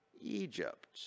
Egypt